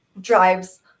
drives